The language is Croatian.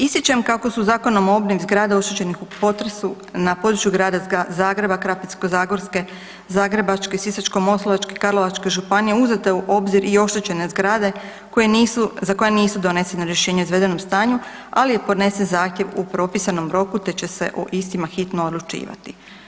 Ističem kako su Zakonom o obnovi zgrada oštećenih u potresu na području Grada Zagreba, Krapinsko-zagorske, Zagrebačke i Sisačko-moslavačke i Karlovačke županije uzete u obzir i oštećene zgrade za koje nisu donesena rješenja o izvedenom stanju, ali je podnesen zahtjev u propisanom roku te će se o istima hitno odlučivati.